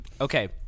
Okay